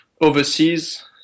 overseas